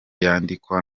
yandikwa